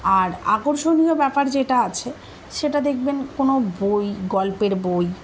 আর আকর্ষণীয় ব্যাপার যেটা আছে সেটা দেখবেন কোনো বই গল্পের বই